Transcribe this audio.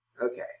okay